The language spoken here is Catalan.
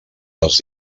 les